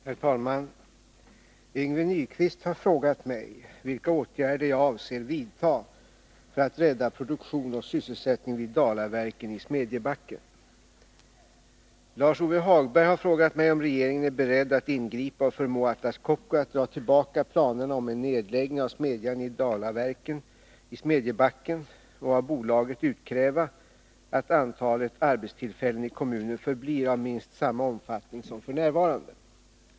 Herr talman! Yngve Nyquist har frågat mig vilka åtgärder jag avser vidta för att rädda produktion och sysselsättning vid Dalaverken i Smedjebacken. Lars-Ove Hagberg har frågat mig om regeringen är beredd att ingripa och förmå Atlas Copco att dra tillbaka planerna om en nedläggning av smedjan i Dalaverken i Smedjebacken och av bolaget utkräva att antalet arbetstillfällen i kommunen förblir av minst samma omfattning som f. n.